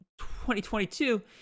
2022